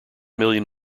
million